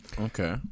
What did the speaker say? okay